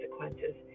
consequences